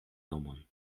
nomon